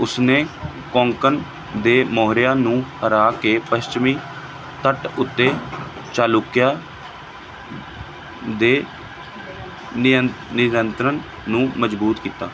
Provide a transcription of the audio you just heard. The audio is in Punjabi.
ਉਸਨੇ ਕੋਂਕਣ ਦੇ ਮੌਰਿਆਂ ਨੂੰ ਹਰਾ ਕੇ ਪੱਛਮੀ ਤੱਟ ਉੱਤੇ ਚਾਲੁਕਿਆ ਦੇ ਨਿ ਨਿਯੰਤਰਣ ਨੂੰ ਮਜ਼ਬੂਤ ਕੀਤਾ